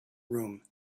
room